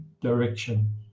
direction